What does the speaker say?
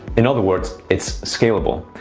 in other words, it's scalable.